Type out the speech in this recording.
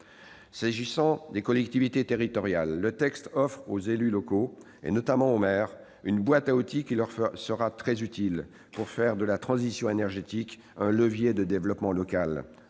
S'agissant des collectivités territoriales, le texte offre aux élus locaux, notamment aux maires, une boîte à outils qui leur sera très utile pour faire de la transition énergétique un levier de développement local